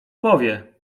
powie